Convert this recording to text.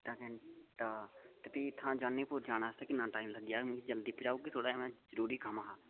अद्धा घैंटा ते फ्ही इत्थैं जानीपुर जाने आस्तै किन्ना टाइम लग्गी जाह्ग मिकी जल्दी भजाई ओड़गे थोह्ड़ा में जरूरी कम्म हा